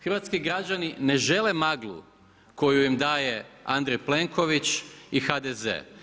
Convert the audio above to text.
Hrvatski građani ne žele maglu koju im daje Andrej Plenković i HDZ.